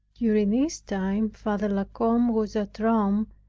during this time father la combe was at rome,